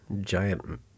giant